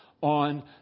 on